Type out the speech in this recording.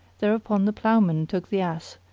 thereupon the ploughman took the ass,